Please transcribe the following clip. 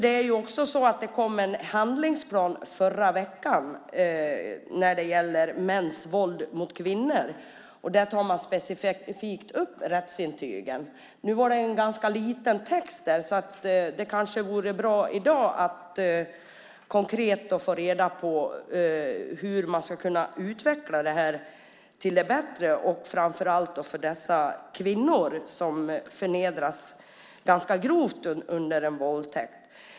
Det är ju också så att det kom en handlingsplan förra veckan när det gäller mäns våld mot kvinnor, och där tar man specifikt upp rättsintygen. Nu var det en ganska liten text där, så det kanske vore bra att i dag konkret få reda på hur man ska kunna utveckla det här till det bättre, framför allt för dessa kvinnor som förnedras ganska grovt under en våldtäkt.